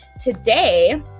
today